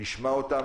נשמע אותם,